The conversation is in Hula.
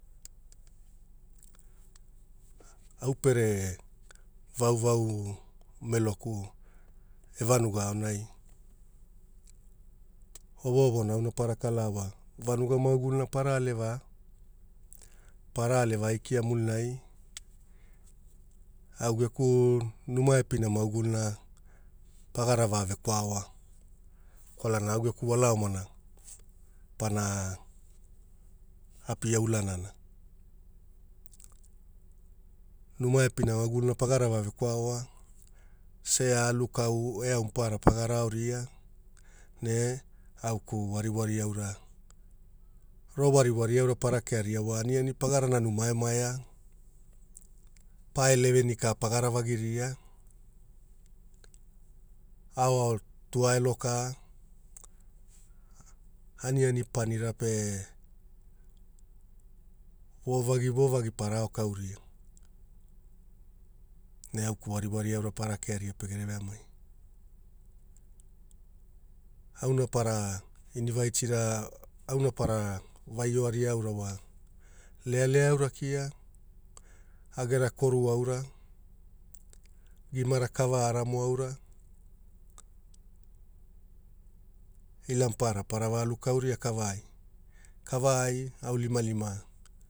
Au pere vauvau meloku e vanuga aonai, wowogana auna pana vala wa. Vanuga mauguna pana aleva aikia mulina au eku numai pena mauguluna pagara va vekwaoa kwalana au eku wala omana pana apia ulunana Numai epina maguguluna vavekwaoa, sea alukau eau parama paga raoria ne auku wariwari aura, ro wariwari aura para keariawa ganigani maparara numai ma e pae levei pagara vagiria gau tuelo ka aniani panira pe vovagi vovagi parao kauria ne auku wariwari aura para kearia pegere veamai auna maparara inivaitira auna maparara vairio aura lealea aura kia agera koru aura imara kavara maura ila maparara alu kaura kavai, kavai aunilimalima